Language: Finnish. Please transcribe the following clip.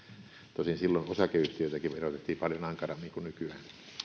tosin silloin osakeyhtiöitäkin verotettiin paljon ankarammin kuin nykyään